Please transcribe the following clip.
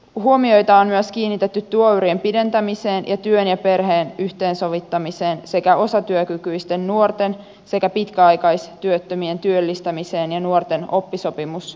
huomiota on myös kiinnitetty työurien pidentämiseen ja työn ja perheen yhteensovittamiseen sekä osatyökykyisten nuorten sekä pitkäaikaistyöttömien työllistämiseen ja nuorten oppisopimusmahdollisuuksiin